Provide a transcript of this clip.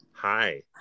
Hi